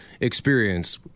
experience